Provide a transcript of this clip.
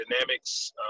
Dynamics